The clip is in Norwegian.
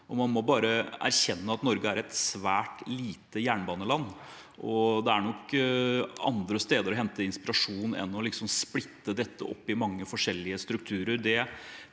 man må bare erkjenne at Norge er et svært lite jernbaneland. Det er nok andre steder å hente inspirasjon enn liksom å splitte dette opp i mange forskjellige strukturer.